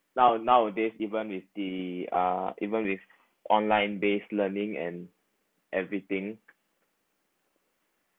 now nowadays even with the uh even with online based learning and everything